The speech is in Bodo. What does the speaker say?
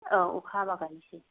औ अखा हाबा गायसै